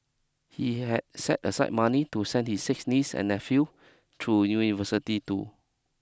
he had set aside money to send his six niece and nephew through university too